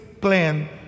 plan